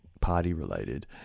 party-related